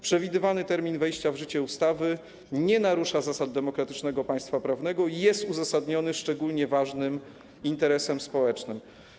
Przewidywany termin wejścia w życie ustawy nie narusza zasad demokratycznego państwa prawnego i jest uzasadniony szczególnie ważnym interesem społecznym.